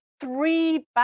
three